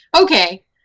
Okay